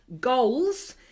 goals